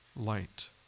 light